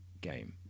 game